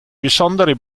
besondere